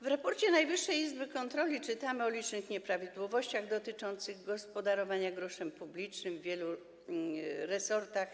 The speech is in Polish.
W raporcie Najwyższej Izby Kontroli czytamy o licznych nieprawidłowościach dotyczących gospodarowania groszem publicznym w wielu resortach.